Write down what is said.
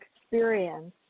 experience